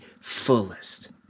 fullest